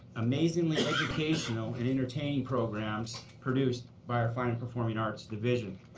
amazingly educational and entertaining programs produced by our fine and performing arts division.